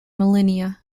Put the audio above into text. millennia